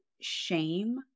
shame